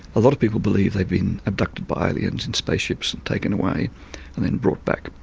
a lot of people believe they've been abducted by aliens in space ships and taken away and then brought back.